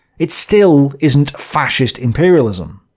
it still isn't fascist imperialism.